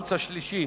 בערוץ השלישי